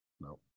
no